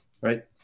right